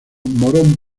morón